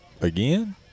again